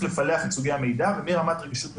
לפלח את סוגי המידע ומרמת רגישות מסוימת,